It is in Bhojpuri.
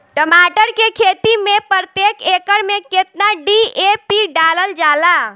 टमाटर के खेती मे प्रतेक एकड़ में केतना डी.ए.पी डालल जाला?